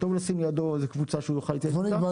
חובה תמיד